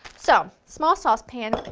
so, small saucepan.